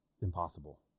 impossible